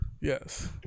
Yes